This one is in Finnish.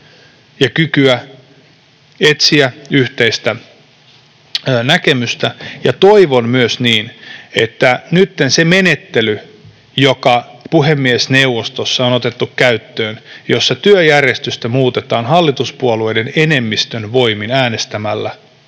kykyä etsiä yhteistä näkemystä. Ja toivon myös niin, että nytten se menettely, joka puhemiesneuvostossa on otettu käyttöön ja jossa työjärjestystä muutetaan hallituspuolueiden enemmistön voimin äänestämällä